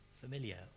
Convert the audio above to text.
familiar